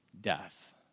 death